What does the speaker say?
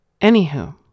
Anywho